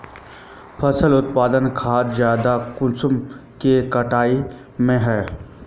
फसल उत्पादन खाद ज्यादा कुंडा के कटाई में है?